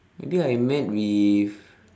maybe I'm mad with